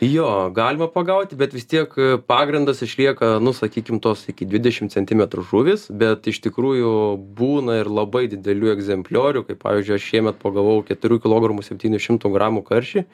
jo galima pagaut bet vis tiek pagrindas išlieka nu sakykim tos iki dvidešim centimetrų žuvys bet iš tikrųjų būna ir labai didelių egzempliorių kaip pavyzdžiui aš šiemet pagavau keturių kilogramų septynių šimtų gramų karšį